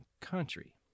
country